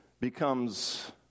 becomes